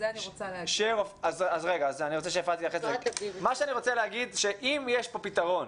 אם יש פה פתרון,